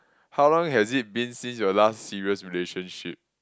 how long has it been since your last serious relationship